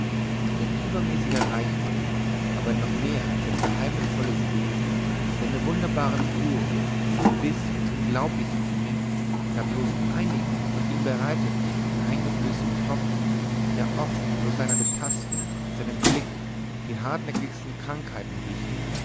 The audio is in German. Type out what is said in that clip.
sein übermäßiger reichtum aber noch mehr sein geheimnisvolles wesen seine wunderbaren kuren die bis ins unglaubliche gingen da bloß einigen von ihm bereiteten und eingeflößten tropfen ja oft bloß seiner betastung seinem blick die hartnäckigsten krankheiten wichen